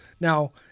Now